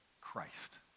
Christ